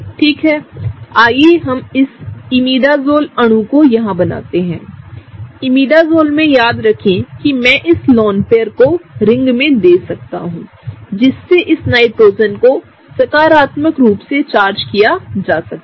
ठीक है आइए हम इस इमीडाज़ोल अणु को यहाँ बनाते हैंइमीडाज़ोल में याद रखें कि मैं इस लोन पेयर को रिंग में दे सकता हूं जिससे इस नाइट्रोजन को सकारात्मक रूप से चार्ज किया जा सके